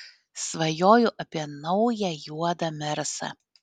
svajoju apie naują juodą mersą